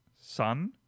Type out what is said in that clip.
Sun